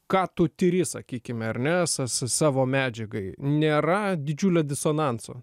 ką tu tiri sakykim ar ne s s savo medžiagai nėra didžiulio disonanso